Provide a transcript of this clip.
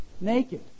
naked